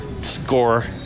score